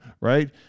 Right